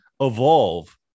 evolve